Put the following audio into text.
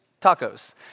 tacos